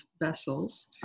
vessels